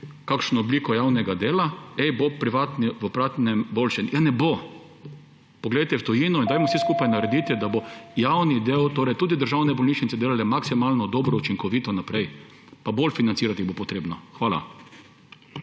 kakšno obliko javnega dela – Ej, bo v privatnem boljše. Ne bo, poglejte v tujino in dajmo vsi skupaj narediti, da bo javni del, torej tudi državne bolnišnice delale maksimalno dobro, učinkovito naprej, pa bolj financirati bo treba. Hvala.